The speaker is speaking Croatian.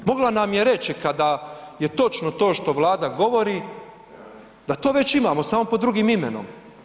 Mogla nam je reći, kada je točno to što Vlada govori, da to već imamo, samo pod drugim imenom.